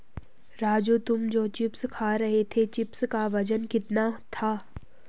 राजू तुम जो चिप्स खा रहे थे चिप्स का वजन कितना था?